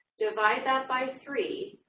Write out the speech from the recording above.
divide that by three,